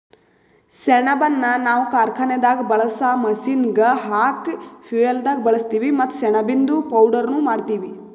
ಸೆಣಬನ್ನ ನಾವ್ ಕಾರ್ಖಾನೆದಾಗ್ ಬಳ್ಸಾ ಮಷೀನ್ಗ್ ಹಾಕ ಫ್ಯುಯೆಲ್ದಾಗ್ ಬಳಸ್ತೀವಿ ಮತ್ತ್ ಸೆಣಬಿಂದು ಪೌಡರ್ನು ಮಾಡ್ತೀವಿ